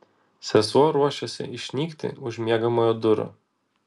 sesuo ruošėsi išnykti už miegamojo durų